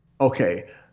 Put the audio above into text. Okay